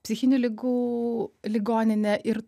psichinių ligų ligoninė ir